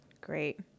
Great